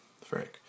Frank